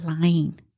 lying